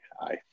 aye